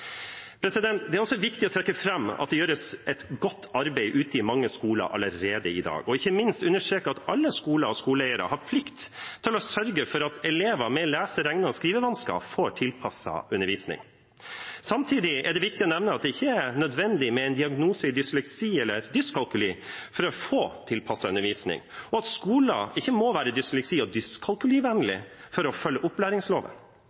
Det er også viktig å trekke fram at det gjøres et godt arbeid ute i mange skoler allerede i dag – og ikke minst understreke at alle skoler og skoleeiere har plikt til å sørge for at elever med lese-, regne- og skrivevansker får tilpasset undervisning. Samtidig er det viktig å nevne at det ikke er nødvendig med diagnosen dysleksi eller dyskalkuli for å få tilpasset undervisning, og at skoler ikke må være dysleksi- og dyskalkulivennlige for å følge opplæringsloven.